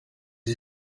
ejo